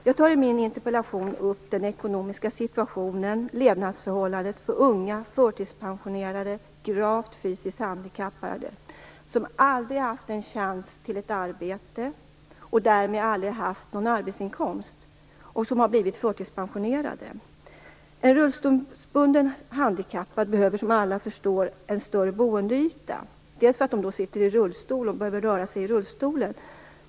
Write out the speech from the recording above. Jag tar i min interpellation upp den ekonomiska situationen och levnadsförhållandena för unga förtidspensionerade gravt fysiskt handikappade som aldrig haft en chans till ett arbete, och därmed aldrig haft någon arbetsinkomst, och som har blivit förtidspensionerade. En rullstolsbunden handikappad behöver som alla förstår en större boendeyta. Personen sitter i rullstol och behöver röra sig i rullstolen.